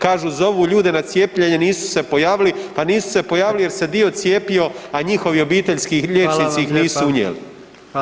Kažu zovu ljude na cijepljenje, nisu se pojavili, pa nisu se pojavili jer se dio cijepio, a njihovi obiteljski liječnici ih nisu unijeli.